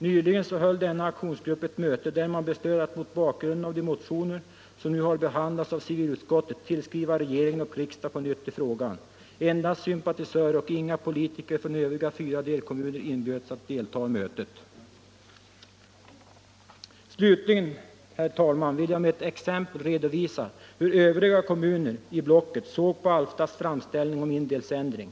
Nyligen höll denna aktionsgrupp ett möte där man beslöt att mot bakgrunden av de motioner som nu har behandlats av civilutskottet på nytt tillskriva regeringen och riksdagen i frågan. Endast sympatisörer och inga politiker från övriga fyra delkommuner inbjöds att delta i mötet. Slutligen, herr talman, vill jag med ett exempel redovisa hur övriga kommuner i blocket såg på Alftas framställning om indelningsändring.